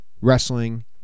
wrestling